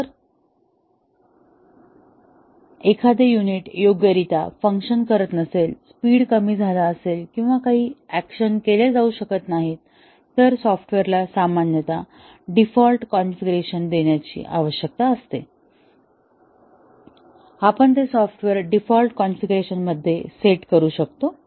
जर एखादे युनिट योग्यरित्या फंक्शन करत नसेल स्पीड कमी झाला असेल किंवा काही ऍक्शन्स केल्या जाऊ शकत नाहीत तर सॉफ्टवेअरला सामान्यत डीफॉल्ट कॉन्फिगरेशन देण्याची आवश्यकता असतेआपण ते सॉफ्टवेअर डीफॉल्ट कॉन्फिगरेशन मध्ये सेट करू शकतो